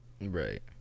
Right